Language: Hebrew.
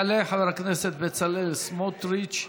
יעלה חבר הכנסת בצלאל סמוטריץ,